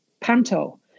Panto